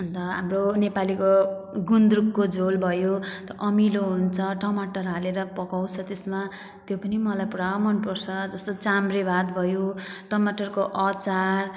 अनि त हाम्रो नेपालीको गुन्द्रुकको झोल भयो अमिलो हुन्छ टमाटर हालेर पकाउँछ त्यसमा त्यो पनि मलाई पुरा मन पर्छ जस्तो चाम्रे भात भयो टमाटरको अचार